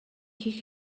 хийх